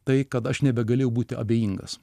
tai kad aš nebegalėjau būti abejingas